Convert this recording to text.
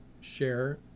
share